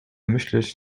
myśleć